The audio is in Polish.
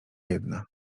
jedna